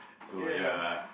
ya